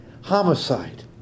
homicide